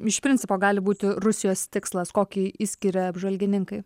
iš principo gali būti rusijos tikslas kokį išskiria apžvalgininkai